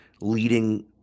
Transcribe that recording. leading